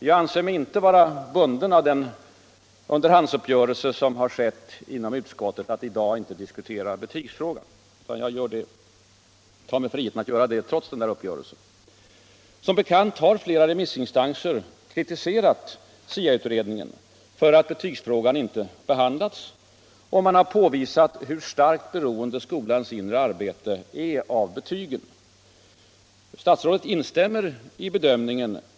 Jag anser mig inte vara bunden av den underhandsuppgörelse som har skett inom utskottet att i dag inte diskutera betygsfrågan, utan jag tar mig friheten att göra det trots den uppgörelsen. Nr 134 Som bekant har flera remissinstanser kritiserat SIA-utredningen för Fredagen den att betygsfrågan inte behandlats, och man har påvisat hur starkt beroende 21 maj 1976 skolans inre arbete är av betygen. Statsrådet instämmer i bedömningen.